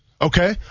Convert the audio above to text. Okay